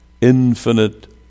infinite